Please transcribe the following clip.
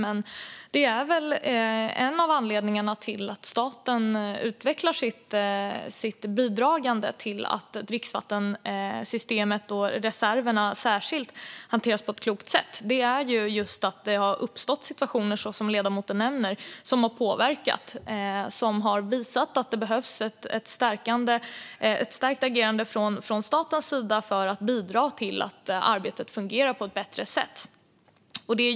En av anledningarna till att staten utvecklar sitt bidragande till att dricksvattensystemet, och särskilt reserverna, hanteras på ett klokt sätt är, som ledamoten nämner, att det har uppstått situationer som har påverkat. Det har visat att det behövs ett stärkt agerande från statens sida för att bidra till att arbetet fungerar på ett bättre sätt.